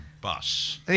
bus